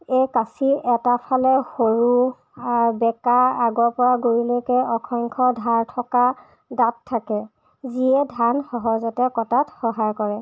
এই কাঁচিৰ এটা ফালে সৰু আৰু বেঁকা আগৰ পৰা গুৰিলৈকে অসংখ্য ধাৰ থকা দাঁত থাকে যিয়ে ধান সহজতে কটাত সহায় কৰে